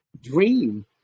dream